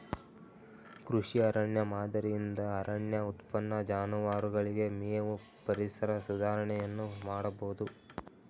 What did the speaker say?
ಕೃಷಿ ಅರಣ್ಯ ಮಾದರಿಯಿಂದ ಅರಣ್ಯ ಉತ್ಪನ್ನ, ಜಾನುವಾರುಗಳಿಗೆ ಮೇವು, ಪರಿಸರ ಸುಧಾರಣೆಯನ್ನು ಮಾಡಬೋದು